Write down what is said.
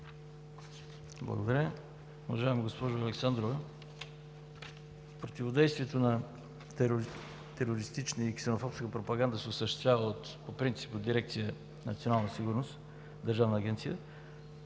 Благодаря. Уважаема госпожо Александрова, противодействието на терористична и ксенофобска пропаганда се осъществява по принцип от Държавна агенция „Национална сигурност“. Служителите